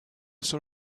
saw